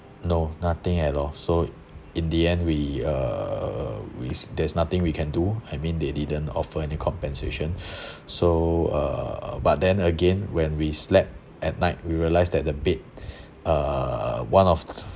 no nothing at all so in the end we uh with there's nothing we can do I mean they didn't offer any compensation so uh but then again when we slept at night we realised that the bed uh one of